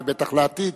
ובטח לעתיד,